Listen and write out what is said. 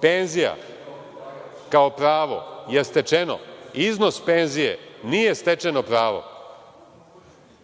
penzija kao pravo je stečeno. Iznos penzije nije stečeno pravo.